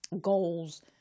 goals